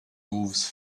moves